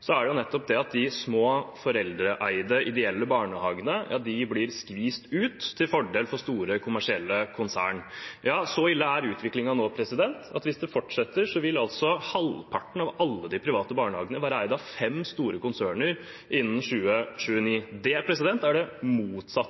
er det nettopp at de små, foreldreeide, ideelle barnehagene blir skvist ut til fordel for store kommersielle konserner. Ja, så ille er utviklingen nå at hvis det fortsetter, vil halvparten av alle de private barnehagene være eid av fem store konserner innen 2029. Det er det motsatte av mangfold. Det er det motsatte